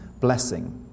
Blessing